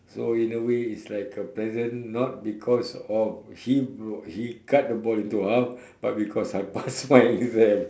so in a way it's like a present not because of he broke he cut the ball into half but because I pass my exam